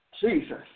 Jesus